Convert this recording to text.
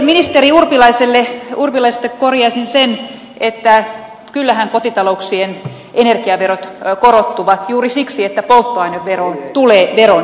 ministeri urpilaiselle korjaisin sen että kyllähän kotitalouksien energiaverot korottuvat juuri siksi että polttoaineveroon tulee veronkorotus